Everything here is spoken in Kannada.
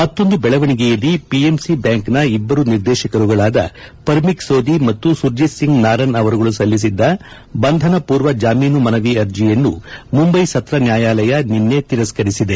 ಮತ್ತೊಂದು ಬೆಳವಣಿಗೆಯಲ್ಲಿ ಪಿಎಮ್ಸಿ ಬ್ಯಾಂಕ್ನ ಇಬ್ಬರು ನಿರ್ದೇಶಕರುಗಳಾದ ಪರ್ಮಿಕ್ ಸೋದಿ ಮತ್ತು ಸುರ್ಜಿತ್ ಸಿಂಗ್ ನಾರನ್ ಅವರುಗಳು ಸಲ್ಲಿಸಿದ್ದ ಬಂಧನ ಪೂರ್ವ ಜಾಮೀನು ಮನವಿ ಅರ್ಜಿಯನ್ನು ಮುಂಬೈ ಸತ್ರ ನ್ಯಾಯಾಲಯ ನಿನ್ನೆ ತಿರಸ್ಕರಿಸಿದೆ